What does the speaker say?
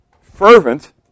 fervent